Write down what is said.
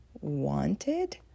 Wanted